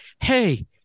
Hey